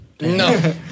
No